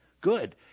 Good